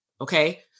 Okay